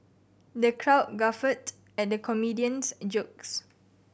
the crowd guffawed at comedian's jokes